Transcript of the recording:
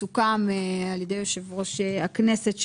סוכם על ידי יושב-ראש הכנסת,